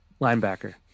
linebacker